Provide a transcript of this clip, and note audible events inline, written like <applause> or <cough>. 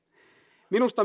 minusta <unintelligible>